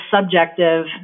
subjective